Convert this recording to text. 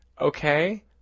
okay